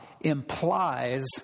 implies